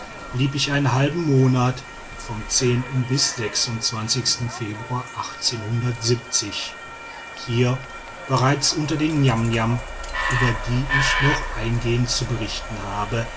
blieb ich einen halben monat vom bis februar hier bereits unter den niamniam über die ich noch eingehend zu berichten habe